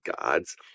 god's